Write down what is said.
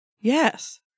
Yes